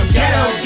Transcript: ghetto